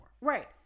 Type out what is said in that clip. Right